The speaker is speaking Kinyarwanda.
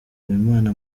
habimana